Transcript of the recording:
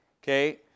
Okay